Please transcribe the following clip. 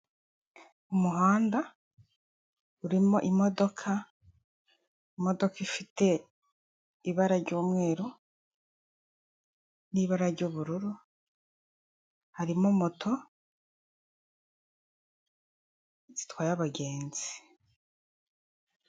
Umuhanda urimo imodoka, imodoka ifite ibara ry'umweru n'ibara ry'ubururu, harimo moto zitwaye abagenzi.